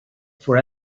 for